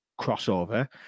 crossover